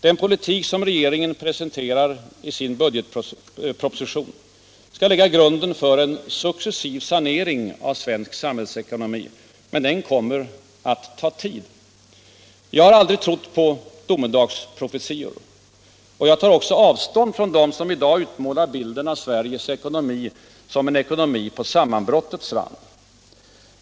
Den politik som regeringen presenterat i sin budgetproposition lägger grunden för en successiv sanering av svensk samhällsekonomi, men det kommer att ta tid. Jag har aldrig trott på domedagsprofetior, och jag tarockså avstånd från dem som i dag utmålar bilden av Sveriges ekonomi som en ekonomi på sammanbrottets rand.